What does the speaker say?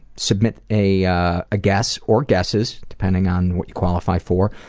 submit a ah ah guess or guesses, depending on what you qualify for,